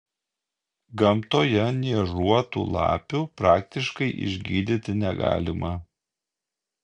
gamtoje niežuotų lapių praktiškai išgydyti negalima